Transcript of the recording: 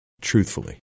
Truthfully